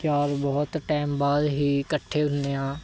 ਯਾਰ ਬਹੁਤ ਟੈਮ ਬਾਅਦ ਹੀ ਇਕੱਠੇ ਹੁੰਦੇ ਹਾਂ